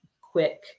quick